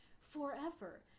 Forever